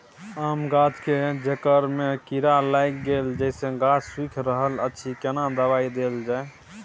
आम गाछ के जेकर में कीरा लाईग गेल जेसे गाछ सुइख रहल अएछ केना दवाई देल जाए?